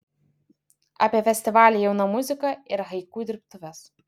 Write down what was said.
apie festivalį jauna muzika ir haiku dirbtuves